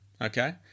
Okay